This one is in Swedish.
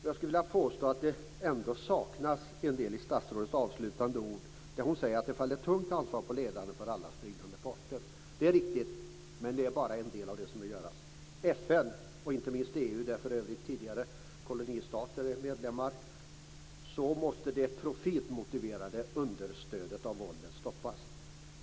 Jag skulle vilja påstå att det ändå saknas en del i statsrådets avslutande ord, där hon säger att det faller ett tungt ansvar på ledarna för alla stridande parter. Det är riktigt, men det är bara en del av det som måste göras. FN och inte minst EU - där för övrigt tidigare kolonialstater är medlemmar - måste se till att det profitmotiverade understödet av våldet stoppas.